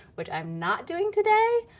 which i'm not doing today.